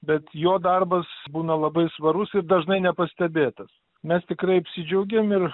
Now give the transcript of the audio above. bet jo darbas būna labai svarus ir dažnai nepastebėtas mes tikrai apsidžiaugėm ir